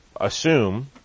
assume